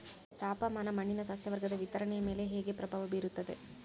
ತಾಪಮಾನ ಮಣ್ಣಿನ ಸಸ್ಯವರ್ಗದ ವಿತರಣೆಯ ಮೇಲೆ ಹೇಗೆ ಪ್ರಭಾವ ಬೇರುತ್ತದೆ?